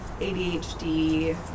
adhd